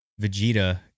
Vegeta